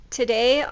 today